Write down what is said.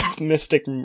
mystic